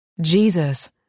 Jesus